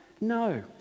No